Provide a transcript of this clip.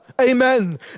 amen